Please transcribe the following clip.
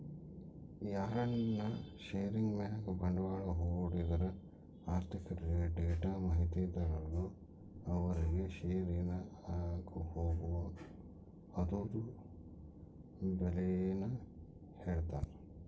ಯಾರನ ಷೇರಿನ್ ಮ್ಯಾಗ ಬಂಡ್ವಾಳ ಹೂಡಿದ್ರ ಆರ್ಥಿಕ ಡೇಟಾ ಮಾಹಿತಿದಾರರು ಅವ್ರುಗೆ ಷೇರಿನ ಆಗುಹೋಗು ಅದುರ್ ಬೆಲೇನ ಹೇಳ್ತಾರ